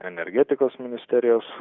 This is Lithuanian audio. energetikos ministerijos